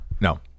No